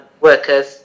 workers